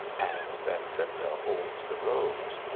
and betsinda holds the rose.